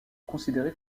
considérée